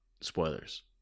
spoilers